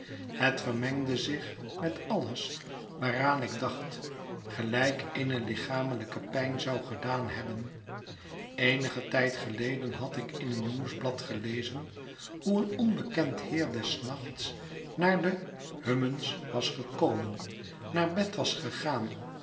het vermengde zich met alles waaraan ik dacht gelijk eene lichamelijke pijn zou gedaan hebben eenigen tijd geleden had ikin een nieuwsblad gelezen hoe een onbekend heer des nachts naar de hummuns was gekomen naar bed was gegaan